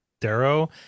Darrow